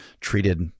treated